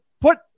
put